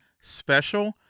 special